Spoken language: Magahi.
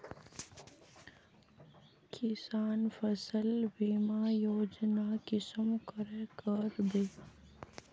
किसान फसल बीमा योजना कुंसम करे करबे?